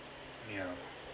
yeah